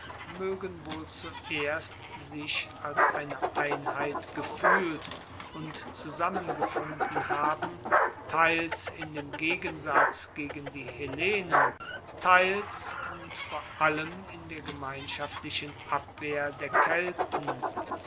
moegen wohl zuerst sich als eine einheit gefuehlt und zusammengefunden haben teils in dem gegensatz gegen die hellenen teils und vor allem in der gemeinschaftlichen abwehr der kelten